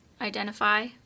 identify